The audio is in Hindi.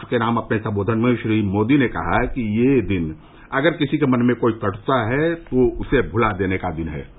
राष्ट्र के नाम अपने संबोधन में श्री मोदी ने कहा कि यह दिन अगर किसी के मन में कोई कट्ता है तो यह उसे भुला देने का दिन है